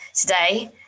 today